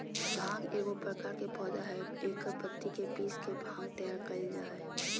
भांग एगो प्रकार के पौधा हइ एकर पत्ति के पीस के भांग तैयार कइल जा हइ